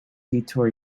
detour